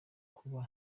kuba